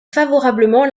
favorablement